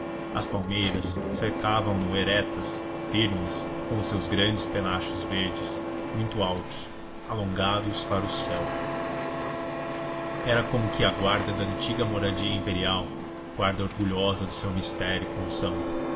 as palmeiras cercavam no erectas firmes com os seus grandes penachos verdes muito altos alongados para o céu eram como que a guarda da antiga moradia imperial guarda orgulhosa do seu mister e função